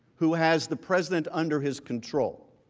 who has the president under his control.